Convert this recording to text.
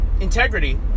integrity